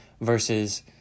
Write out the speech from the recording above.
versus